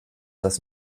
das